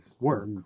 work